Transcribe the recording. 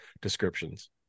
descriptions